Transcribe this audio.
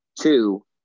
Two